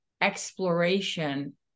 exploration